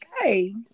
Okay